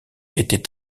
était